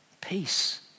Peace